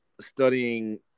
studying